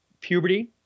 puberty